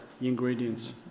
ingredients